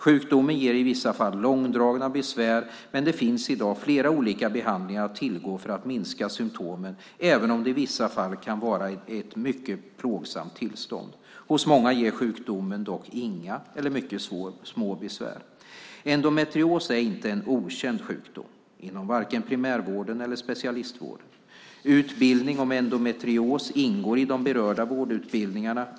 Sjukdomen ger i vissa fall långdragna besvär, men det finns i dag flera olika behandlingar att tillgå för att minska symtomen, även om det i vissa fall kan vara ett mycket plågsamt tillstånd. Hos många ger sjukdomen dock inga eller mycket små besvär. Endometrios är inte en okänd sjukdom, vare sig inom primärvården eller specialistvården. Utbildning om endometrios ingår i de berörda vårdutbildningarna.